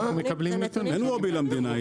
אין "וובי" למדינה.